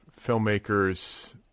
filmmakers